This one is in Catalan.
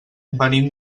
venim